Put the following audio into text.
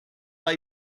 pas